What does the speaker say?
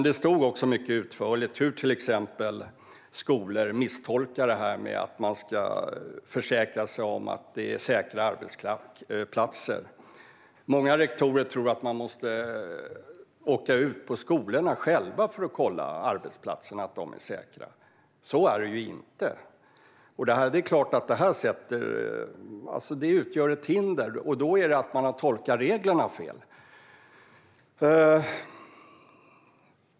Det stod också mycket utförligt om hur skolor misstolkar att de ska försäkra sig om att arbetsplatserna är säkra. Många rektorer tror att skolorna själva måste kolla att arbetsplatserna är säkra, men så är det inte. Detta utgör ett hinder och handlar om att man har tolkat reglerna fel.